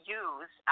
use